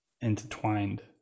intertwined